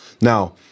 Now